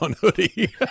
hoodie